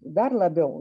dar labiau